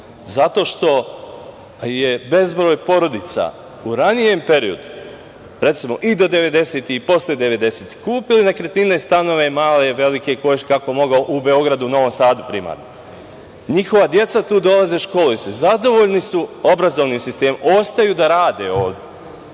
zato što je bezbroj porodica u ranijem periodu, redimo i do 90-ih i posle 90-ih kupili nekretnine, stanove, velike, male, kako je ko mogao u Beogradu i Novom Sadu, primarno. Njihova deca tu dolaze, školuju se, zadovoljni su obrazovnim sistemom, ostaju da rade ovde.